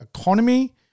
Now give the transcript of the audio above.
economy